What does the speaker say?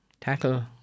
tackle